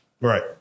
Right